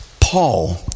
Paul